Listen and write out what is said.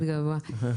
להגיד